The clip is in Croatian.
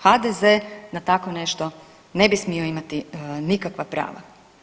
HDZ na tako nešto ne bi smio imati nikakva prava.